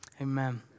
Amen